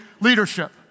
leadership